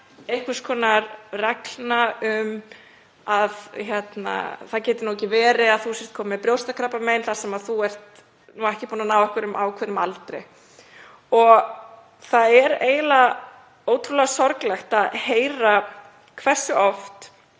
einhvers konar reglna um að það geti ekki verið að það sé komið með brjóstakrabbamein þar sem það sé ekki búið að ná einhverjum ákveðnum aldri. Það er eiginlega ótrúlega sorglegt að heyra hversu oft,